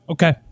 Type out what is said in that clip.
Okay